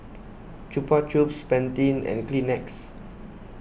Chupa Chups Pantene and Kleenex